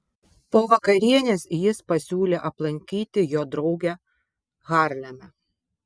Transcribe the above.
po vakarienės jis pasiūlė aplankyti jo draugę harleme